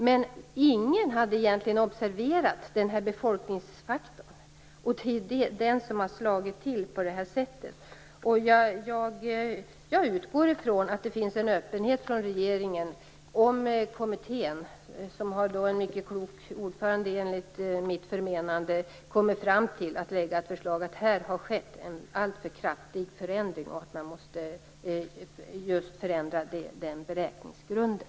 Men ingen hade egentligen observerat den här befolkningsfaktorn. Det är den som har slagit till på det här sättet. Jag utgår ifrån att det finns en öppenhet hos regeringen om kommittén, som har en enligt mitt förmenande mycket klok ordförande, kommer fram till att det här har skett en alltför kraftig förändring och att man måste förändra beräkninsgrunden.